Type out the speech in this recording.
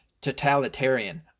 totalitarian